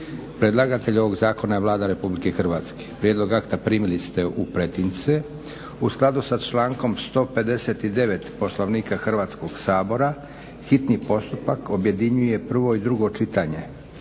Predlagatelj ovog Zakona je Vlada RH. Prijedlog akta primili ste u pretince. U skladu sa člankom 159. Poslovnika Hrvatskog sabora hitni postupak objedinjuje prvo i drugo čitanje,